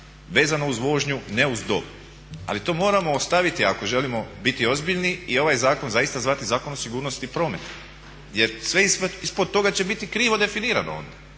vezano uz vožnju ne uz dob. Ali to moramo ostaviti ako želimo biti ozbiljni i ovaj zakon zvati Zakon o sigurnosti prometa jer sve ispod toga će biti krivo definirano onda